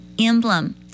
emblem